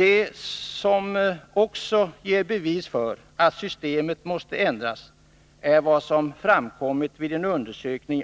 En undersökning